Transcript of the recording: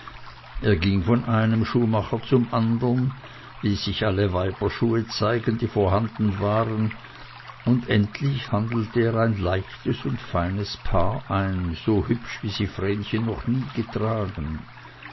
er ging von einem schuhmacher zum andern ließ sich alle weiberschuhe zeigen die vorhanden waren und endlich handelte er ein leichtes und feines paar ein so hübsch wie sie vrenchen noch nie getragen